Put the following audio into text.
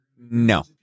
No